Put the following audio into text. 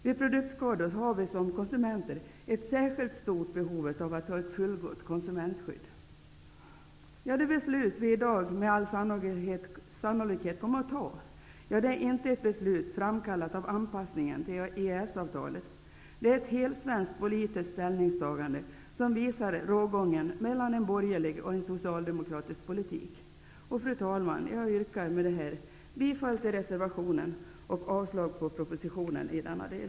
Vid produktskador har vi konsumenter ett särskilt stort behov av att ha ett fullgott konsumentskydd. Det beslut vi i dag med all sannolikhet kommer att fatta är inte ett beslut framkallat av anpassningen till EES-avtalet. Det är ett helsvenskt politiskt ställningstagande som visar rågången mellan borgerlig och socialdemokratisk politik. Fru talman! Jag yrkar bifall till reservationen och avslag på propositionen i denna del.